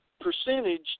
percentage